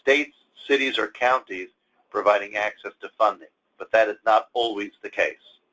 states, cities, or counties providing access to funding, but that is not always the case.